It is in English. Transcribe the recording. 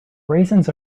raisins